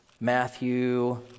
Matthew